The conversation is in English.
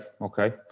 okay